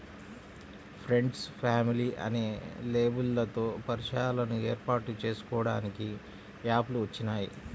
friends, family అనే లేబుల్లతో పరిచయాలను ఏర్పాటు చేసుకోడానికి యాప్ లు వచ్చినియ్యి